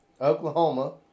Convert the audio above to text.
Oklahoma